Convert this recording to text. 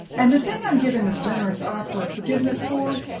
and the thing i'm given this generous offer of forgiveness for?